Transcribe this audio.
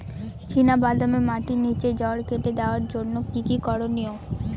চিনা বাদামে মাটির নিচে জড় কেটে দেওয়ার জন্য কি কী করনীয়?